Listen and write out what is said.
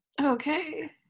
okay